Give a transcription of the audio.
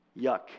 Yuck